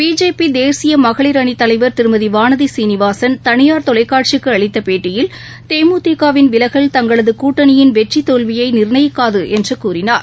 பிஜேபிதேசியமகளிர் திருமதிவானதிசீனிவாசன் தனியார் அணித்தலைவர் தொலைக்காட்சிக்குஅளித்தபேட்டியில் தேமுகிக வின் விலகல் தங்களதுகூட்டணியின் வெற்றிதோல்வியைநிர்ணயிக்காதுஎன்றுகூறினார்